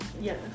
yes